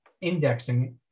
indexing